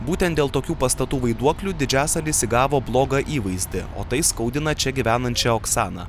būtent dėl tokių pastatų vaiduoklių didžiasalis įgavo blogą įvaizdį o tai skaudina čia gyvenančią oksaną